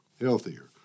healthier